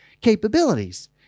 capabilities